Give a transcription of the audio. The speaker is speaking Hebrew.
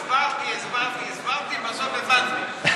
הסברתי, הסברתי, הסברתי ובסוף הבנתי.